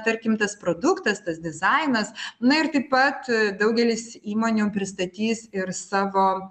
tarkim tas produktas tas dizainas na ir taip pat daugelis įmonių pristatys ir savo